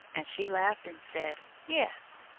and she laughed and said, yes.